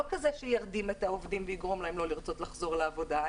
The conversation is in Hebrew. לא כזה שירדים את העובדים ויגרום להם לא לרצות לחזור לעבודה,